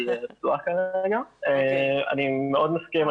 אני מאוד מסכים,